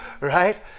right